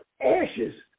ashes